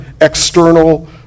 external